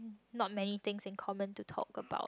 not many things in common to talk about